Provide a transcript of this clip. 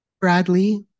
Bradley